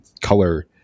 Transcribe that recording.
color